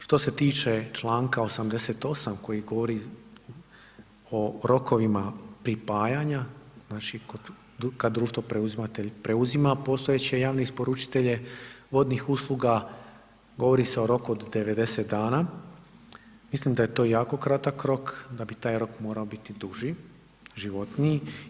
Što se tiče Članak 88. koji govori o rokovima pripajanja, znači kad društvo preuzimatelj preuzima postojeće javne isporučitelje vodnih usluga govori se o roku od 90 dana, mislim da je to jako kratak rok da bi taj rok morao biti duži, životniji.